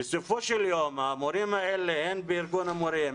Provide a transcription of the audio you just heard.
בסופו של יום, המורים האלה, הן בארגון המורים,